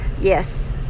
yes